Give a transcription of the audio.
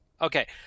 Okay